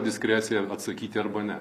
diskrecija atsakyti arba ne